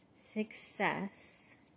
success